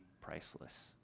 priceless